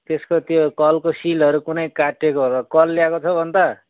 त्यसको त्यो कलको सिलहरू कुनै काटिएको होला कल ल्याएको छौ अन्त